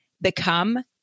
become